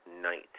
night